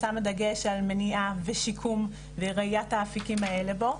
ששמה דגש על מניעה ושיקום וראיית האפיקים האלה בו.